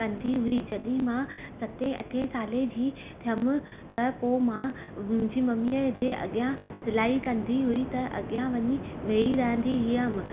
कंदी हुई जॾहिं मां सते अठे साले जी थियमि त पोइ मां मुझी मम्मीअ जे अॻियां सिलाई कंदी हुई त अॻियां वञी वेई रहंदी हुअमि